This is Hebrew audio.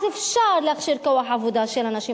אז אפשר להכשיר כוח עבודה של הנשים